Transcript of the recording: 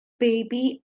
baby